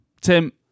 Tim